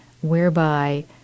whereby